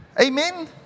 Amen